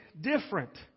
different